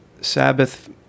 Sabbath